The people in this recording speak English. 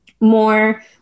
more